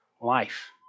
life